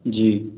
जी